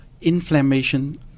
inflammation